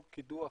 כל קידוח,